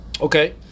okay